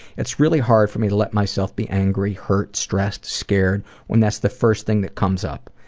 it's really hard for me to let myself be angry, hurt, stressed, scared, when that's the first thing that comes up,